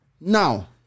Now